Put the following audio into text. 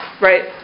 right